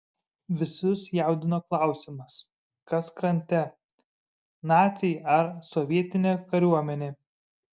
visus jaudino klausimas kas krante naciai ar sovietinė kariuomenė